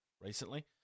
recently